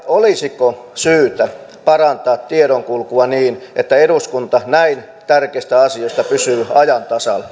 olisiko syytä parantaa tiedonkulkua niin että eduskunta näin tärkeistä asioista pysyy ajan